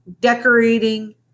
decorating